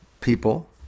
people